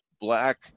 black